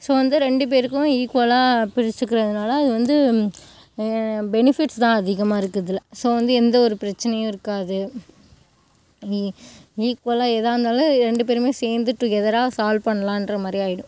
so வந்து ரெண்டு பேருக்கும் ஈக்குவலாக பிரிச்சிக்கிறதுனால அது வந்து பெனிஃபிட்ஸ் தான் அதிகமாக இருக்கு இதில் ஸோ வந்து எந்த ஒரு பிரச்சனையும் இருக்காது இ ஈக்குவலாக எதாக இருந்தாலும் ரெண்டு பேருமே சேர்ந்து டூகெதராக சால்வ் பண்ணலான்ற மாதிரி ஆயிடும்